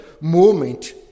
moment